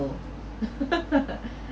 grow